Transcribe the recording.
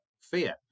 fear